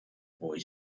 boy